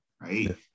right